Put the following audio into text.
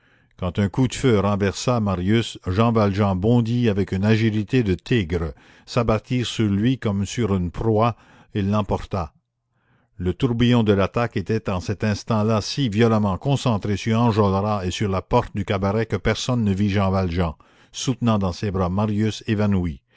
quand un coup de feu renversa marius jean valjean bondit avec une agilité de tigre s'abattit sur lui comme sur une proie et l'emporta le tourbillon de l'attaque était en cet instant-là si violemment concentré sur enjolras et sur la porte du cabaret que personne ne vit jean valjean soutenant dans ses bras marius évanoui